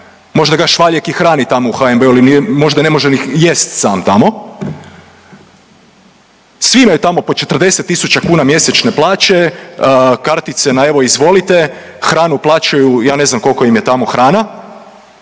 možda ga Švaljek i hrani tamo u HNB-u ili nije, možda ne može ni jest sam tamo, svi imaju tamo po 40 tisuća kuna mjesečne plaće, kartice na, evo, izvolite, hranu plaćaju, ja ne znam koliko im je tamo hrana,